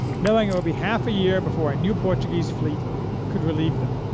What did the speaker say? knowing it would be half a year before a new portuguese fleet could relieve them.